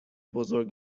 بزرگ